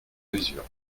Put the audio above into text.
mesure